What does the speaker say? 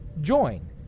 join